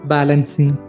Balancing